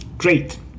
Great